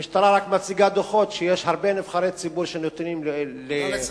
המשטרה רק מציגה דוחות שיש הרבה נבחרי ציבור שנתונים לאיומים.